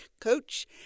coach